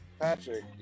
Patrick